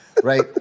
right